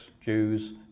Jews